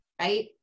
right